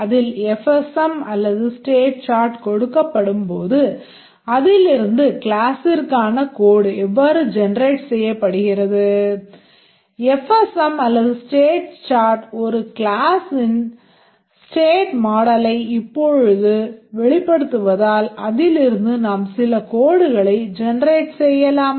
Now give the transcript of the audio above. அதில் FSM அல்லது state chart கொடுக்கப்படும்போது அதிலிருந்து கிளாஸிற்கான ஆகும்